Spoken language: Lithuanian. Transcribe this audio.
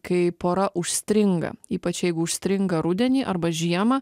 kai pora užstringa ypač jeigu užstringa rudenį arba žiemą